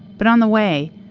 but on the way,